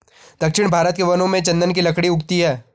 दक्षिण भारत के वनों में चन्दन की लकड़ी उगती है